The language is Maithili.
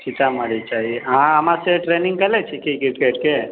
सीतामढ़ी सऽ ही अहाँ हमरा से ट्रेनिंग केले छियै की क्रिकेट के